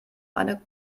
eine